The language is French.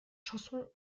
chanson